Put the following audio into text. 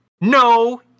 no